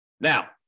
Now